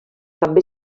també